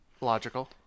Logical